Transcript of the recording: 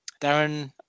darren